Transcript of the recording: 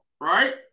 right